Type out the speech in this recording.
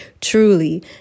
truly